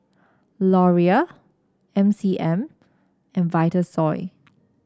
Laurier M C M and Vitasoy